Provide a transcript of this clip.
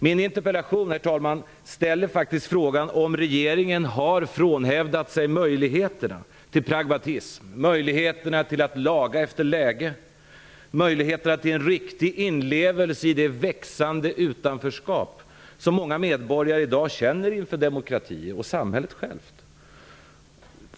Min interpellation ställer, herr talman, faktiskt frågan om regeringen har frånhänt sig möjligheterna till pragmatism, till att laga efter läglighet, till riktig inlevelse i det växande utanförskap som många medborgare i dag känner inför demokratin och samhället självt.